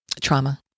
trauma